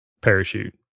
parachute